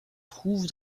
trouve